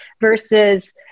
versus